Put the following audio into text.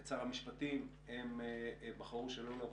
את שר המשפטים - הם בחרו שלא לבוא.